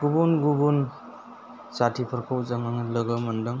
गुबुन गुबुन जातिफोरखौ जों लोगो मोन्दों